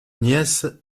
nièce